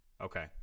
Okay